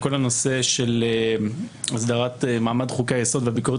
בכל הנושא של הסדרת מעמד חוקי היסוד והביקורת